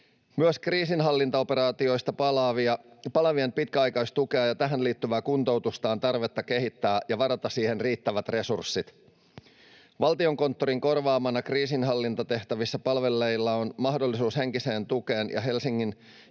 ”Myös kriisinhallintaoperaatioista palaavien pitkäaikaistukea ja tähän liittyvää kuntoutusta on tarvetta kehittää ja varata siihen riittävät resurssit. Valtiokonttorin korvaamana kriisinhallintatehtävissä palvelleilla on mahdollisuus henkiseen tukeen ja Helsingin